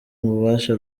bubasha